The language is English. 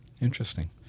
Interesting